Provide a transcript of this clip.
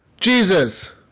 Jesus